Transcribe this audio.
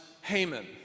Haman